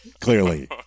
clearly